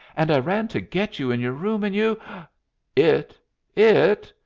and i ran to get you in your room, and you it it?